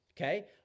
okay